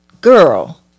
girl